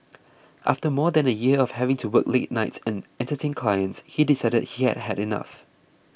after more than a year of having to work late nights and Entertain Clients he decided he had had enough